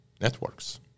networks